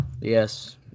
yes